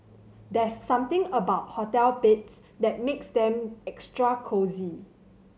there's something about hotel beds that makes them extra cosy